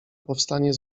powstanie